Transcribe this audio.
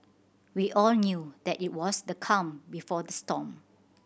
we all knew that it was the calm before the storm